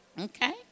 Okay